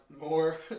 more